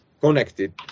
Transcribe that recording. connected